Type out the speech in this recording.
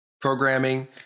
programming